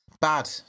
bad